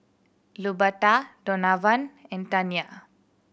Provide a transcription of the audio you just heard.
Luberta Donavan and Tania